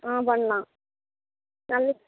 ஆ பண்ணலாம் நல்ல